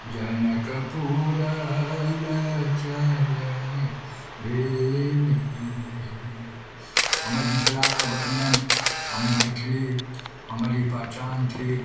जनकपुरलए चल भेलै हे हमर मिथिलाके वर्णन हम मैथिली हमर ई पहचान थिक